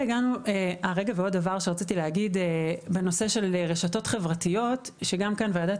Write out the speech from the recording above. עוד דבר שרציתי לומר בנושא של רשתות חברתיות שגם כאן ועדת